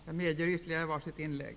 Jag medger ytterligare var sitt inlägg.